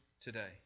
today